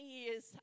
years